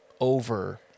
over